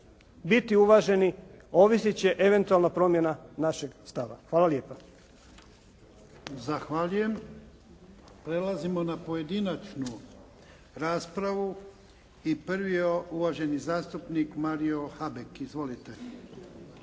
biti uvaženi, ovisit će eventualno promjena našeg stava. Hvala lijepa. **Jarnjak, Ivan (HDZ)** Zahvaljujem. Prelazimo na pojedinačnu raspravu. Prvi je uvaženi zastupnik Mario Habek. Izvolite.